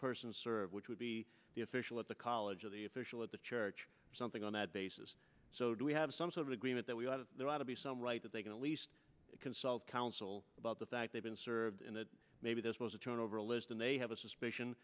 person serve which would be the official at the college of the official at the church something on that basis so do we have some sort of agreement that we ought to there ought to be some right that they can at least consult counsel about the fact they've been served and that maybe this was a turnover list and they have a suspicion